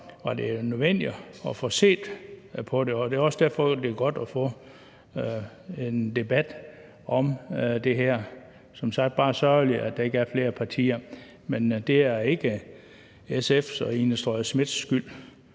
er det jo nødvendigt at få set på det, og det er også derfor, det er godt at få en debat om det her, men det er som sagt bare sørgeligt, at der ikke er flere partier. Men det er ikke SF's og fru Ina Strøjer-Schmidts skyld,